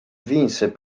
vinse